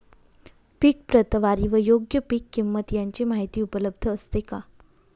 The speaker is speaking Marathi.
पीक प्रतवारी व योग्य पीक किंमत यांची माहिती उपलब्ध असते का?